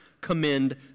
commend